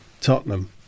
Tottenham